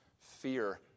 fear